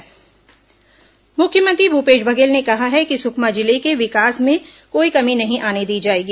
मुख्यमंत्री सुकमा मुख्यमंत्री भूपेश बधेल ने कहा है कि सुकमा जिले के विकास में कोई कमी नहीं आने दी जाएगी